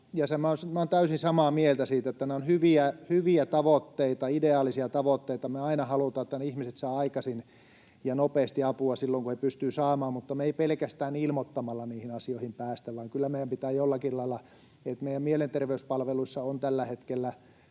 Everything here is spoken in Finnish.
olen täysin samaa mieltä siitä, että nämä ovat hyviä tavoitteita, ideaalisia tavoitteita. Me aina halutaan, että ihmiset saavat aikaisin ja nopeasti apua silloin, kun he pystyvät saamaan, mutta me ei pelkästään ilmoittamalla niihin asioihin päästä vaan kyllä meidän